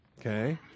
Okay